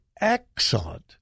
excellent